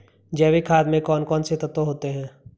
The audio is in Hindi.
जैविक खाद में कौन कौन से तत्व होते हैं?